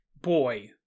boy